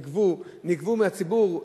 נגבו מהציבור,